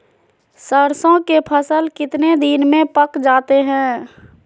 सरसों के फसल कितने दिन में पक जाते है?